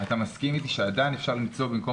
אתה מסכים איתי שעדיין אפשר למצוא במקום